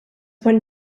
won